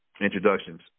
introductions